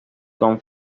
con